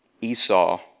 Esau